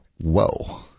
Whoa